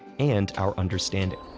and our understanding.